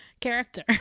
character